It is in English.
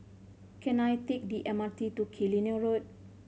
can I take the M R T to Killiney Road